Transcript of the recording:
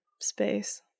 Space